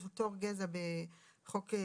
אותו סוג של חיית שירות:"